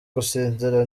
gusinzira